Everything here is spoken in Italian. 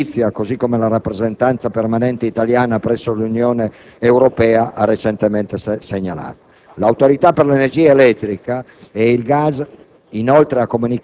in Corte di giustizia, così come la Rappresentanza permanente italiana presso l'Unione Europea ha recentemente segnalato. L'Autorità per l'energia elettrica e il gas,